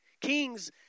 Kings